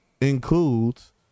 includes